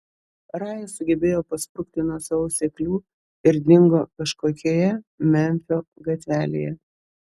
raja sugebėjo pasprukti nuo savo seklių ir dingo kažkokioje memfio gatvelėje